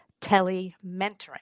tele-mentoring